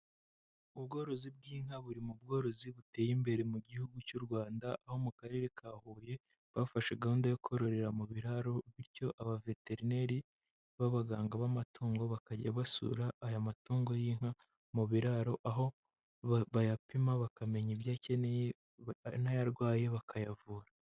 Ubworozi bw'inka buri mu bworozi buteye imbere mu gihugu cy'u Rwanda, aho mu karere ka Huye bafashe gahunda yo kororera mu biraro, bityo abaveterineri b'abaganga b'amatungo bakajya basura aya matungo y'inka mu biraro, aho bayapima bakamenya ibyo akeneye n'ayarwaye bakayavura.